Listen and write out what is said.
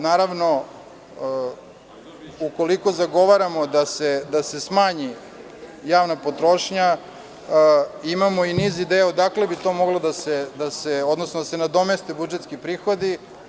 Naravno, ukoliko zagovaramo da se smanji javna potrošnja, imamo i niz ideja odakle bi mogli da se nadomeste budžetski prihodi.